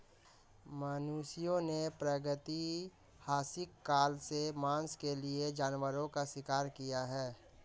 मनुष्यों ने प्रागैतिहासिक काल से मांस के लिए जानवरों का शिकार किया है